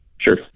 sure